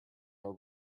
are